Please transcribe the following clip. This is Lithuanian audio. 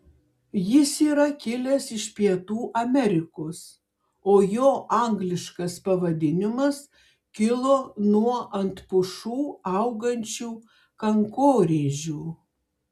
jis yra kilęs iš pietų amerikos o jo angliškas pavadinimas kilo nuo ant pušų augančių kankorėžių